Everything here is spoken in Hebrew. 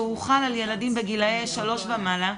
שהוחל על ילדים בגיל שלוש ומעלה,